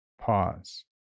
Pause